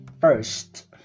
First